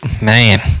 Man